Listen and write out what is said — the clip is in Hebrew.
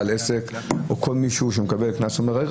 בעל עסק או מישהו שמקבל קנס לא יגיד "רגע,